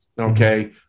okay